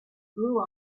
grew